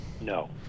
No